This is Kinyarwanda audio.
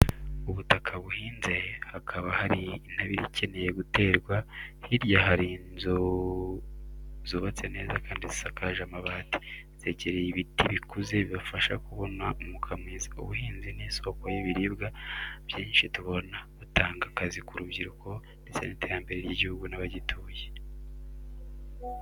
Ubutaka buhinze, hakaba hari intabire ikeneye guterwa. Hirya hari inzu zubatse neza kandi zisakaje amabati, zegereye ibiti bikuze bibafasha kubona umwuka mwiza. Ubuhinzi ni isoko y'ibiribwa byinshi tubona, butanga akazi ku rubyiruko, ndetse n'iterambere ry'igihugu n'abagituye.